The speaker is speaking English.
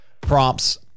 prompts